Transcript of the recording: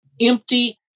empty